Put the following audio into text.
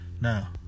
Now